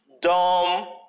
dumb